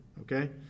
okay